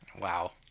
Wow